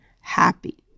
happy